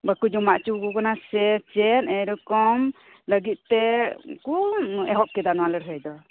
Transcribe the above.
ᱵᱟᱠᱚ ᱡᱚᱢᱟ ᱚᱪᱚ ᱟᱠᱚ ᱠᱟᱱᱟ ᱥᱮ ᱪᱮᱫ ᱮᱭᱨᱚᱠᱚᱢ ᱞᱟᱹ ᱜᱤᱫ ᱛᱮ ᱠᱚ ᱮᱦᱚᱯ ᱠᱮᱫᱟ ᱱᱚᱣᱟ ᱞᱟᱹᱲᱦᱟᱹᱭ ᱫᱚ